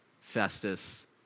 Festus